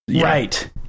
Right